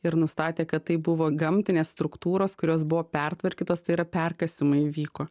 ir nustatė kad tai buvo gamtinės struktūros kurios buvo pertvarkytos tai yra perkasimai vyko